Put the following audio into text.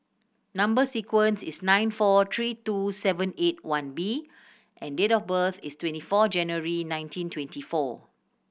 number sequence is S nine four three two seven eight one B and date of birth is twenty four January nineteen twenty four